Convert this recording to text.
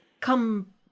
come